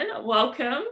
welcome